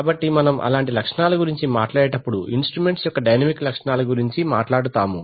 కాబట్టి మనము అలాంటి లక్షణాల గురించి మాట్లాడేటప్పుడు ఇన్స్ట్రుమెంట్స్ యొక్క డైనమిక్ లక్షణాల గురించి మాట్లాడుతాము